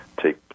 take